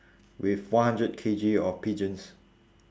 with one hundred K_G of pigeons